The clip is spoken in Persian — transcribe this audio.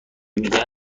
میگن